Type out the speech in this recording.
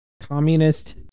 communist